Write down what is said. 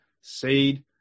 seed